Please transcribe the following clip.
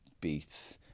beats